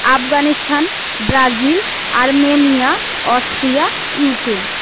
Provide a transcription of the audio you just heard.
Afghanistan Brazil Armenia Austria Ukraine